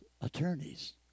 attorneys